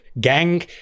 gang